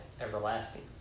everlasting